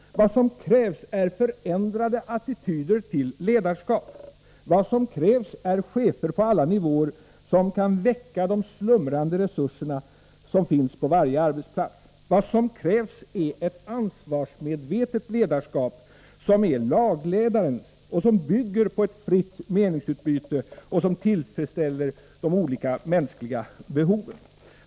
Vad som krävs är förändrade attityder till ledarskap. Vad som krävs är chefer på alla nivåer som kan väcka de slumrande resurser som finns på varje arbetsplats. Vad som krävs är ett ansvarsmedvetet ledarskap, som är lagledarens, ett ledarskap som bygger på ett fritt meningsutbyte och som tillfredsställer de olika mänskliga behoven.